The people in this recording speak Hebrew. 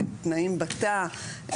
תנאים בתא,